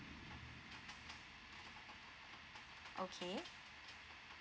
okay